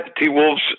T-Wolves